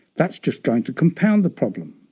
that's just going to compound the problem.